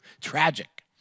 Tragic